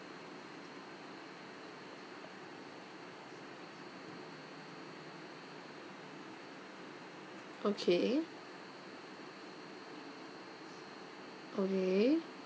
okay okay